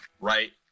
right